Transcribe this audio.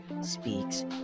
speaks